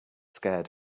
scared